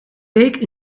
week